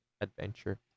adventure